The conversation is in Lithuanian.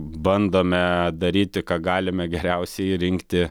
bandome daryti ką galime geriausiai rinkti